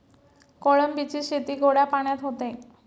कोळंबीची शेती गोड्या पाण्यात होते